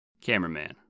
Cameraman